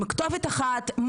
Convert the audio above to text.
עם כתובת אחת.